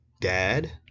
dad